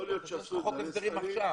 יש לך חוק הסדרים עכשיו.